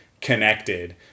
connected